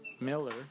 Miller